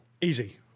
Easy